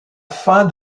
fin